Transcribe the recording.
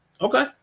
Okay